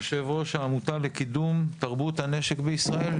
יושב-ראש העמותה לקידום תרבות הנשק בישראל.